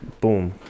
boom